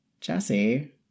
Jesse